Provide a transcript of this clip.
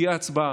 הגיעה ההצבעה,